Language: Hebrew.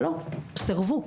אבל לא, סירבו.